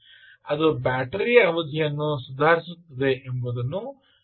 ಅದು ಬ್ಯಾಟರಿಯ ಅವಧಿಯನ್ನು ಸುಧಾರಿಸುತ್ತದೆ ಎಂಬುದನ್ನು ಸೂಚಿಸುತ್ತದೆ